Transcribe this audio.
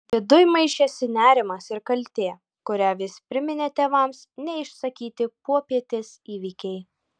viduj maišėsi nerimas ir kaltė kurią vis priminė tėvams neišsakyti popietės įvykiai